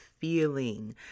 feeling